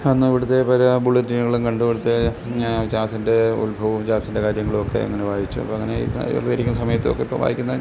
അന്നിവിടുത്തെ പല ബുള്ളറ്റിനുകളും കണ്ട് ഇവിടുത്തെ ഞാൻ ജാസിൻ്റെ ഉത്ഭവവും ജാസിൻ്റെ കാര്യങ്ങളൊക്കെ അങ്ങനെ വായിച്ചു അപ്പോൾ അങ്ങനെ ഇരുന്ന് വെറുതെയിരിക്കുന്ന സമയത്തൊക്കെ ഇപ്പം വായിക്കുന്ന